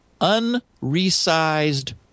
unresized